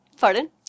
Pardon